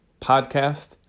podcast